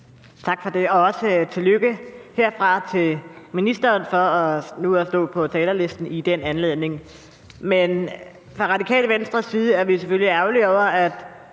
Tak for det. Også tillykke herfra til ministeren for nu at stå på talerstolen som minister. I Radikale Venstre er vi selvfølgelig ærgerlige over, at